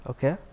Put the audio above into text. Okay